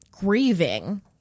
grieving